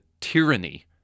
tyranny